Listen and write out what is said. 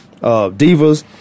divas